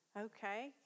Okay